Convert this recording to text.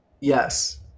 yes